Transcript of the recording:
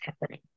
happening